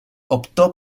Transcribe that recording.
optò